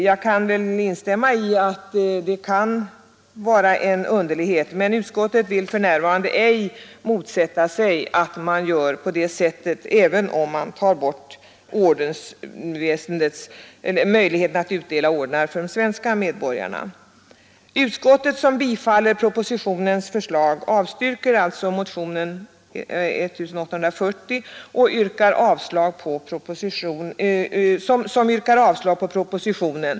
Jag instämmer med herr Hernelius i att det kan vara inkonsekvent, men utskottet vill för närvarande ej motsätta sig att man gör på det sättet, av angivna motiv, även om man tar bort möjligheterna att utdela ordnar till de svenska medborgarna. Utskottet biträder propositionens förslag och avstyrker således motionen 1840 som yrkar avslag på propositionen.